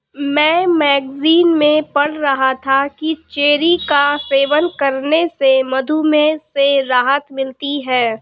मैं मैगजीन में पढ़ रहा था कि चेरी का सेवन करने से मधुमेह से राहत मिलती है